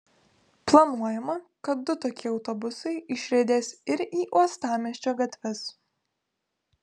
planuojama kad du tokie autobusai išriedės ir į uostamiesčio gatves